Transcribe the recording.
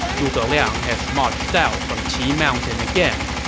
zhuge liang has marched out from qi mountain again.